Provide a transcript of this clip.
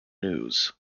news